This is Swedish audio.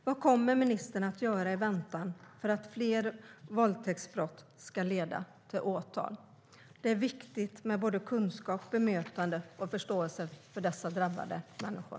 Vad kommer ministern att göra för att fler våldtäktsbrott ska leda till åtal? Det är viktigt med såväl kunskap som bemötande och förståelse för dessa drabbade människor.